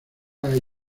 hay